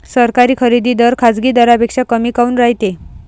सरकारी खरेदी दर खाजगी दरापेक्षा कमी काऊन रायते?